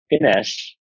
finish